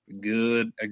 good